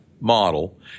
model